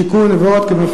שיכון ועוד,